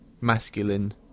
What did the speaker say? masculine